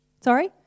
Sorry